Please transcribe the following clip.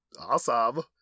awesome